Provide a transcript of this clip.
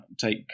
take